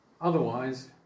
otherwise